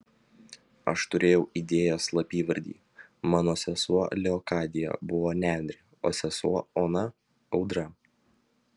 aš turėjau idėjos slapyvardį mano sesuo leokadija buvo nendrė o sesuo ona audra